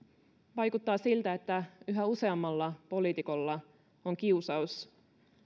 vaikuttaa siltä että yhä useammalla poliitikolla on kiusaus